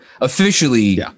officially